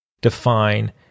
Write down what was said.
define